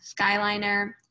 Skyliner